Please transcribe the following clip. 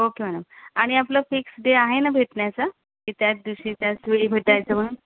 okay madam आणि आपलं fix day आहे ना भेटण्याचा की त्याच दिवशी त्याच वेळी भेटायचं म्हणून